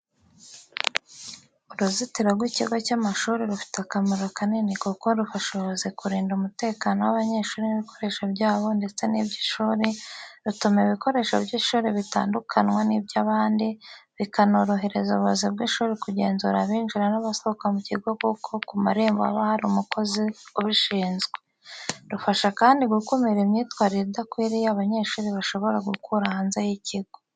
Uruzitiro rw’ikigo cy’amashuri rufite akamaro kanini kuko rufasha ubuyobozi kurinda umutekano w’abanyeshuri n’ibikoresho byabo ndetse n’iby’ishuri, rutuma ibikorwa by’ishuri bitandukanwa n’iby’abandi, bikanorohereza ubuyobozi bw'ishuri kugenzura abinjira n’abasohoka mu kigo kuko ku marembo haba hari umukozi ubishinzwe. Rufasha kandi gukumira imyitwarire idakwiriye abanyeshuri bashobora gukura hanze y’ikigo.